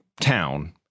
town